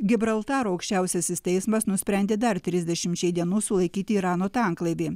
gibraltaro aukščiausiasis teismas nusprendė dar trisdešimčiai dienų sulaikyti irano tanklaivį